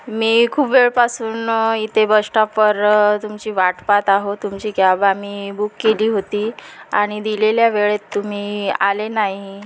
मी खूप वेळपासून इथे बस स्टॉपवर तुमची वाट पाहात आहो तुमची कॅब आम्ही बुक केली होती आणि दिलेल्या वेळेत तुम्ही आले नाही